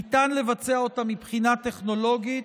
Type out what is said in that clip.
ניתן לבצע אותה מבחינה טכנולוגית,